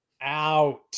out